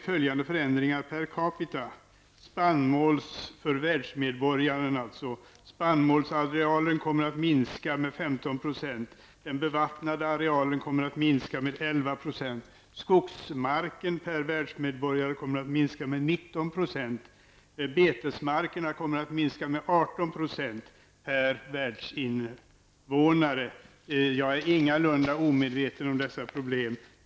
Följande förändringar per capita, per världsmedborgare, kan förutses: Spannmålsarealen kommer att minska med 15 %, den bevattnade arealen med 11 %, skogsarealen med 19 % och betesmarksarealen med 18 %. Jag är alltså ingalunda omedveten om dessa problem.